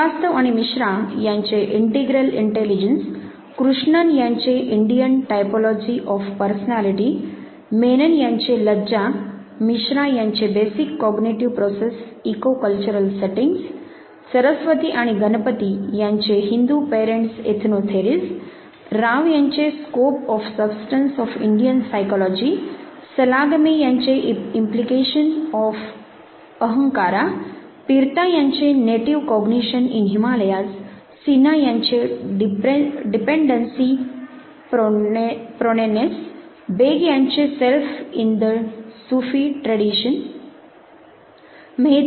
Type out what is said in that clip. श्रीवास्तव आणि मिश्रा यांचे 'integral intelligence' Krishnan यांचे 'Indian typology of personality' Menon यांचे 'लज्जा शेम' LajjaShame मिश्रा यांचे 'basic cognitive process eco cultural settings Saraswati आणि गणपती यांचे 'Hindu parents ethno theories' Rao यांचे 'scope of substance of Indian psychology' Salagame यांचे 'implication of ahamkara pride' Implication of ahamkarapride Pirta यांचे 'native cognition in Himalayas' Sinha यांचे 'dependency proneness' Baig यांचे 'self in the Sufi tradition'